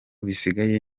bisigaye